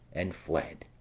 and fled.